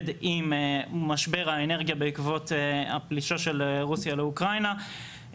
עם משבר האנרגיה בעקבות הפלישות של רוסיה לאוקראינה,